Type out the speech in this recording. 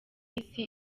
isi